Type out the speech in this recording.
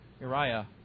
Uriah